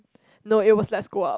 no it was let's go up